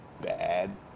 Bad